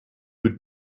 would